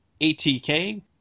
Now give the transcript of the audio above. ATK